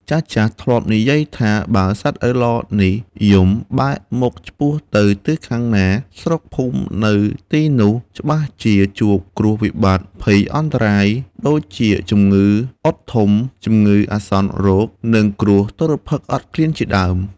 ចាស់ៗ ធ្លាប់និយាយថា បើសត្វឪឡនេះយំបែរមុខឆ្ពោះទៅទិសខាងណា ស្រុកភូមិនៅទីនោះច្បាស់ជាជួបគ្រោះវិបត្តិភ័យអន្តរាយ ដូចជាជំងឺអុតធំ ជំងឺអាសន្នរោគ និងគ្រោះទុរ្ភិក្សអត់ឃ្លានជាដើម។